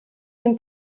dem